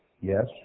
Yes